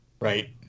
right